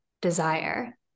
desire